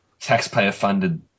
taxpayer-funded